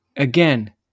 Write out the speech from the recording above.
Again